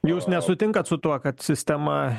jūs nesutinkat su tuo kad sistema